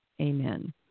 Amen